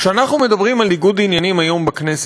כשאנחנו מדברים על ניגוד עניינים היום בכנסת,